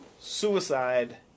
suicide